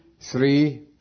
three